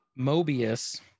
Mobius